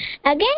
Again